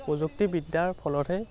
প্ৰযুক্তিবিদ্যাৰ ফলতহে